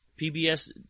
PBS